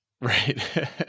Right